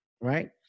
right